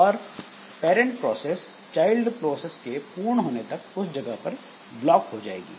और parent process child process के पूर्ण होने तक उस जगह पर ब्लॉक हो जाएगी